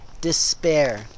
despair